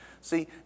See